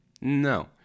No